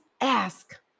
ask